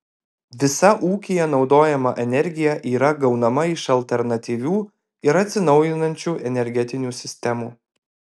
visa ūkyje naudojama energija yra gaunama iš alternatyvių ir atsinaujinančių energetinių sistemų